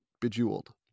Bejeweled